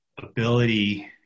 ability